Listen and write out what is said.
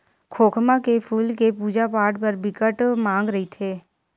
खोखमा के फूल के पूजा पाठ बर बिकट मांग रहिथे